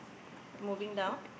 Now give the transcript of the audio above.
moving down